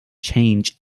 change